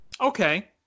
Okay